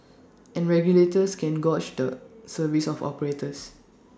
and regulators can gauge the service of operators